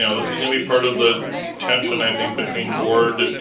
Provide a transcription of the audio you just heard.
you know this is going to be part of the tension, i think, between board,